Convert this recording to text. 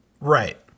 Right